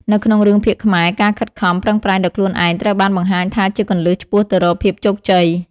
នៅក្នុងរឿងភាគខ្មែរ ការខិតខំ ប្រឹងប្រែងដោយខ្លួនឯងត្រូវបានបង្ហាញថាជាគន្លឹះឆ្ពោះទៅរកភាពជោគជ័យ ។